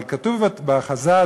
אבל כתוב בחז"ל,